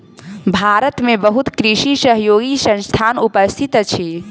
भारत में बहुत कृषि सहयोगी संस्थान उपस्थित अछि